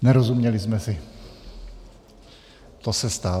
Nerozuměli jsme si, to se stává.